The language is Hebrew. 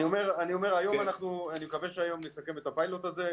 אני מקווה שהיום נסכם את הפיילוט הזה,